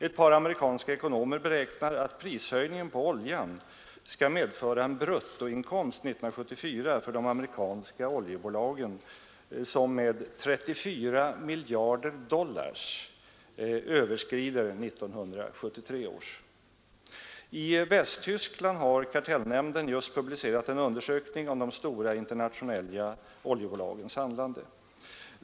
Ett par amerikanska ekonomer beräknar att prishöjningen på oljan skall medföra en bruttoinkomst 1974 för de amerikanska oljebolagen som med 24 miljarder dollar överskrider 1973 års. I Västtyskland har kartellnämnden just publicerat en undersökning om de stora internationella oljebolagens handlande.